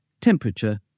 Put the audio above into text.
temperature